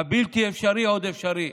הבלתי-אפשרי עוד אפשרי.